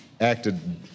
acted